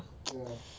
ya